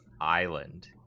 island